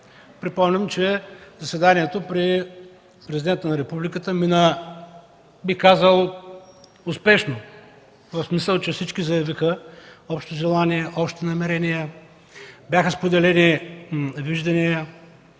Припомням, че заседанието при Президента на Републиката мина, бих казал, успешно, в смисъл че всички заявиха общо желание и общи намерения. Бяха споделени виждания.